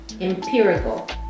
empirical